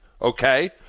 Okay